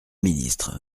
ministre